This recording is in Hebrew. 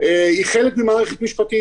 היא חלק ממערכת משפטית.